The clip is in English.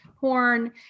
porn